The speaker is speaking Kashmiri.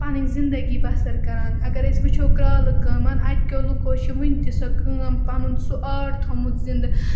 پَنٕنۍ زندگی بسر کَران اگر أسۍ وٕچھو کرٛالہٕ کٲم اَتہِ کیٚو لُکو چھِ وٕنہِ تہِ سۄ کٲم پَنُن سُہ آرٹ تھوٚمُت زنٛدٕ